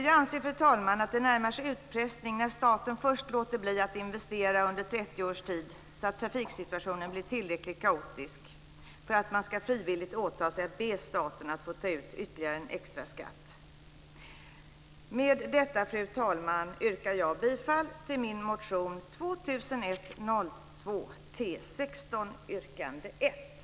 Jag anser, fru talman, att det närmar sig utpressning när staten först låter bli att investera under 30 års tid så att trafiksituationen blir tillräckligt kaotisk för att man frivilligt ska åta sig att be staten att få ta ut ytterligare en extraskatt. Med detta, fru talman, yrkar jag bifall till min motion 2001/02 T16 yrkande 1.